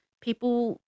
people